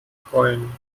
freuen